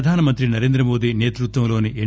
Pradhan Mantri Narendra Modi సేతృత్వంలోని yes